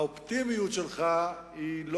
האופטימיות שלך לא